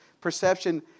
perception